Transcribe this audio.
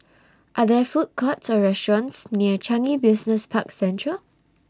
Are There Food Courts Or restaurants near Changi Business Park Central